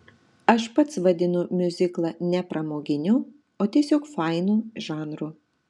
aš pats vadinu miuziklą ne pramoginiu o tiesiog fainu žanru